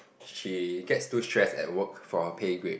she gets too stress at work for her pay grade